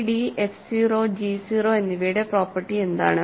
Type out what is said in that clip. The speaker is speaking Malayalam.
സിഡി എഫ് 0 ജി 0 എന്നിവയുടെ പ്രോപ്പർട്ടി എന്താണ്